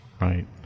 Right